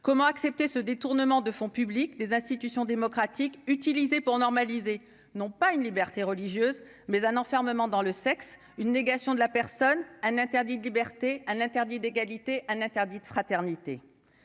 comment accepter ce détournement de fonds publics, des institutions démocratiques utilisé pour normaliser, non pas une liberté religieuse mais un enfermement dans le sexe, une négation de la personne un interdit de liberté à l'interdit d'égalité un interdit de fraternité,